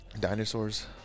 dinosaurs